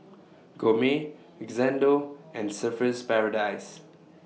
Gourmet Xndo and Surfer's Paradise